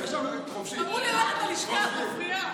אמרו לי: לכי ללשכה, את מפריעה.